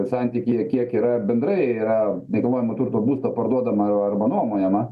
santykyje kiek yra bendrai yra nekilnojamo turto būsto parduodama arba nuomojama